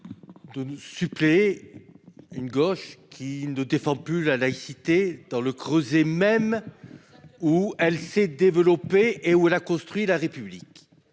de suppléer une gauche qui ne défend plus la laïcité dans le creuset même où celle-ci s'est développée et a construit la République.